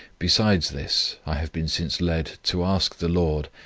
besides this, i have been since led to ask the lord,